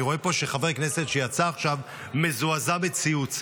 אני רואה שחבר כנסת שיצא עכשיו מזועזע מציוץ.